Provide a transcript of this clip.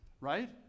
right